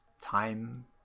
time